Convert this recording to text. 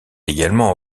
également